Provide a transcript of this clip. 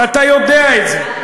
ואתה יודע את זה.